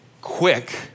quick